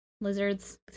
lizards